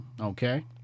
okay